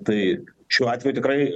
tai šiuo atveju tikrai